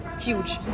huge